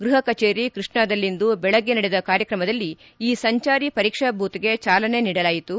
ಗೃಹ ಕಚೇರಿ ಕೃಷ್ಣಾದಲ್ಲಿಂದು ಬೆಳಗ್ಗೆ ನಡೆದ ಕಾರ್ಯಕ್ರಮದಲ್ಲಿ ಈ ಸಂಚಾರಿ ಪರೀಕ್ಷಾ ಬೂತ್ಗೆ ಜಾಲನೆ ನೀಡಲಾಯಿತು